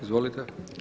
Izvolite.